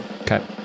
Okay